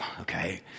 okay